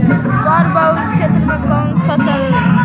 बाढ़ बहुल क्षेत्र में कौन फसल करल ठीक रहतइ?